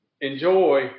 enjoy